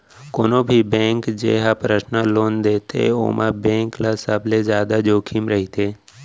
कोनो भी बेंक जेन ह परसनल लोन देथे ओमा बेंक ल सबले जादा जोखिम रहिथे